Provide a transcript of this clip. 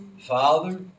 Father